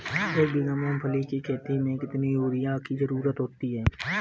एक बीघा मूंगफली की खेती में कितनी यूरिया की ज़रुरत होती है?